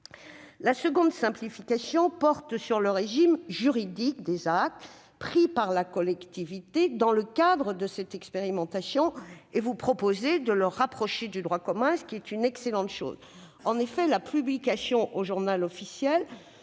La seconde simplification porte sur le régime juridique des actes pris par la collectivité dans le cadre de l'expérimentation. Vous souhaitez le rapprocher du droit commun, ce qui est une excellente chose. En effet, la publication au ne serait